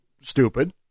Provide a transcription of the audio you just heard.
stupid